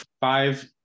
five